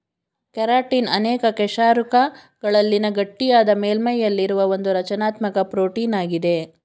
keratin ಅನೇಕ ಕಶೇರುಕಗಳಲ್ಲಿನ ಗಟ್ಟಿಯಾದ ಮೇಲ್ಮೈಯಲ್ಲಿರುವ ಒಂದುರಚನಾತ್ಮಕ ಪ್ರೋಟೀನಾಗಿದೆ